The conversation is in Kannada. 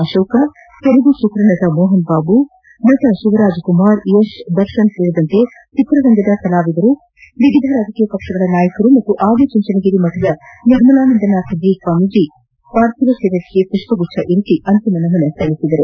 ಅಶೋಕ ತೆಲುಗು ನಟ ಮೋಹನ್ಬಾಬು ನಟ ಶಿವರಾಜ್ಕುಮಾರ್ ಯತ್ ದರ್ಶನ್ ಸೇರಿದಂತೆ ಚಿತ್ರರಂಗದ ಕಲಾವಿದರು ವಿವಿಧ ರಾಜಕೀಯ ಪಕ್ಷಗಳ ಮುಖಂಡರು ಹಾಗೂ ಆದಿಚುಂಚನಗಿರಿ ಮಠದ ನಿರ್ಮಲಾನಂದನಾಥ್ ಸ್ವಾಮೀಜಿ ಪಾರ್ಥಿವ ಶರೀರಕ್ಕೆ ಪುಷ್ಪಗುಚ್ವವಿರಿಸಿ ಅಂತಿಮ ನಮನ ಸಲ್ಲಿಸಿದರು